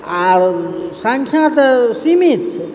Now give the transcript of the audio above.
आ सङ्ख्या तऽ सीमित छै